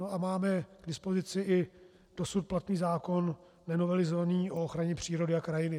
A máme k dispozici i dosud platný zákon, nenovelizovaný, o ochraně přírody a krajiny.